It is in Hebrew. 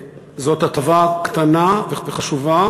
זאת הטבה קטנה וחשובה